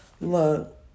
Look